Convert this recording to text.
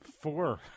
Four